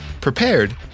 prepared